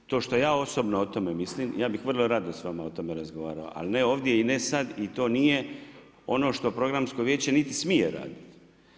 To što ja osobno o tome mislim, ja bih vrlo rado s vama, o tome razgovarao, ali ne ovdje i ne sad i to nije ono što programsko vijeće niti smije raditi.